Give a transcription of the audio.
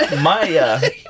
Maya